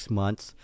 months